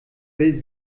will